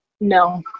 No